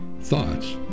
thoughts